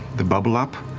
the bubble up,